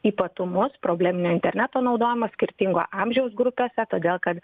ypatumus probleminio interneto naudojimo skirtingo amžiaus grupėse todėl kad